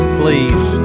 please